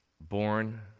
born